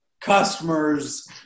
customers